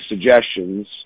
suggestions